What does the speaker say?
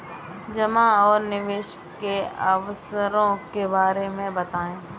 जमा और निवेश के अवसरों के बारे में बताएँ?